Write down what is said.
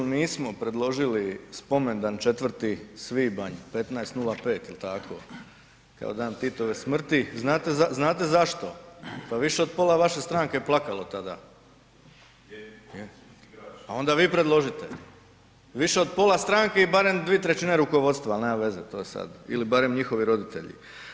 g. Boriću, nismo predložili spomendan 4. svibanj 1505 jel tako, kao dan Titove smrti, znate zašto, pa više od pola vaše stranke je plakalo tada, onda vi predložite, više od pola stranke i barem 2/3 rukovodstva, al nema veze, to je sad ili barem njihovi roditelji.